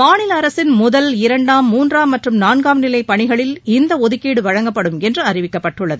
மாநில அரசின் முதல் இரண்டாம் மூன்றாம் மற்றும் நான்காம் நிலை பணிகளில் இந்த ஒதுக்கீடு வழங்கப்படும் என்று அறிவிக்கப்பட்டுள்ளது